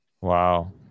wow